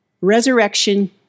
resurrection